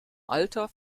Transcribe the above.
alter